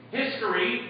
history